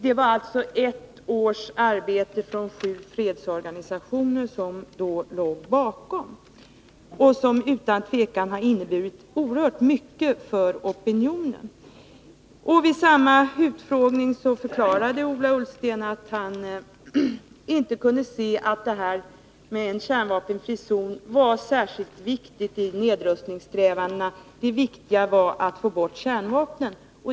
Det var dock ett års arbete från sju fredsorganisationer som låg bakom dessa ”papper”, ett arbete som utan tvivel inneburit oerhört mycket för opinionen. Vid samma tillfälle förklarade Ola Ullsten att han inte kunde se att kravet på en kärnvapenfri zon var särskilt viktigt i nedrustningssträvandena. Det viktiga var att få bort kärnvapnen.